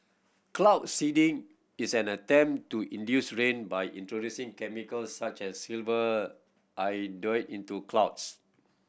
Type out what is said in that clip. cloud seeding is an attempt to induce rain by introducing chemicals such as silver iodide into clouds